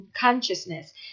consciousness